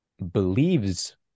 believes